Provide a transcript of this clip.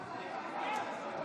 שנייה.